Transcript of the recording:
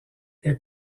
est